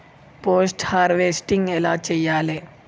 Post harvesting ఎలా చెయ్యాలే?